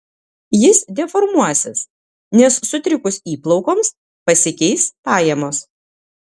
jis deformuosis nes sutrikus įplaukoms pasikeis pajamos